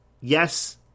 yes